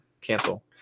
Cancel